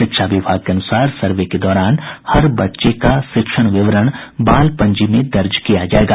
शिक्षा विभाग के अनुसार सर्वे के दौरान हर बच्चे का शिक्षण विवरण बाल पंजी में दर्ज किया जायेगा